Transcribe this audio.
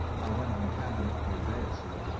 went on cabbing it for a day or so,